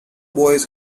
boys